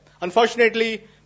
Unfortunately